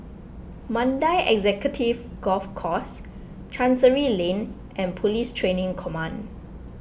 Mandai Executive Golf Course Chancery Lane and Police Training Command